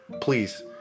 please